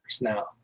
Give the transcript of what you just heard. now